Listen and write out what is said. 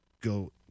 go